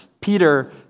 Peter